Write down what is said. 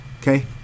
okay